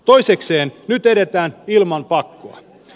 nyt edetään ilman pakkoa